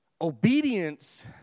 obedience